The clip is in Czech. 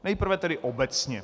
Nejprve tedy obecně.